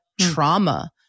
trauma